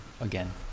again